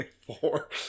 Four